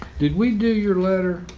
did we do your letter?